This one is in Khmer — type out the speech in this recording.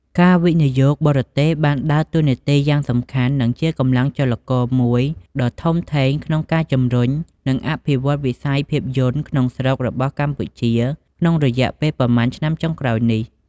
ការវិនិយោគបរទេសបានដើរតួនាទីយ៉ាងសំខាន់ និងជាកម្លាំងចលករមួយដ៏ធំធេងក្នុងការជំរុញ និងអភិវឌ្ឍវិស័យភាពយន្តក្នុងស្រុករបស់កម្ពុជាក្នុងរយៈពេលប៉ុន្មានឆ្នាំចុងក្រោយនេះ។